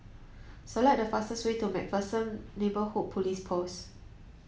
select the fastest way to MacPherson Neighbourhood Police Post